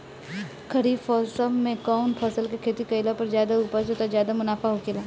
खरीफ़ मौसम में कउन फसल के खेती कइला पर ज्यादा उपज तथा ज्यादा मुनाफा होखेला?